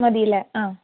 മതിയല്ലേ ആ